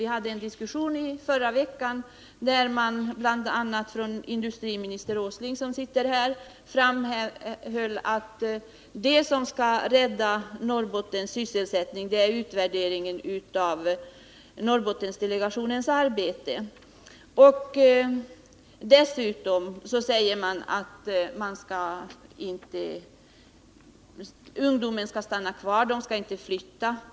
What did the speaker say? Vi hade en diskussion förra veckan där bl.a. industriminister Åsling framhöll att det som skall rädda Norrbottens sysselsättning är utvärderingen av Norrbottendelegationens arbete. Man säger att ungdomen skall stanna kvar och inte behöva flytta.